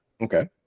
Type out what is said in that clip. Okay